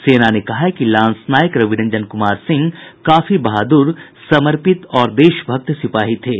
सेना ने कहा है कि लांसनायक रविरंजन कुमार सिंह काफी बहादुर समर्पित और देशभक्त सिपाही थे